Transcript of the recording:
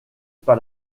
par